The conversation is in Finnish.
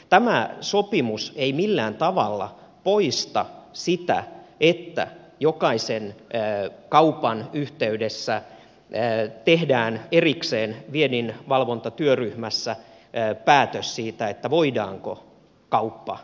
tämä sopimus ei millään tavalla poista sitä että jokaisen kaupan yhteydessä tehdään erikseen vienninvalvontatyöryhmässä päätös siitä voidaanko kauppa suorittaa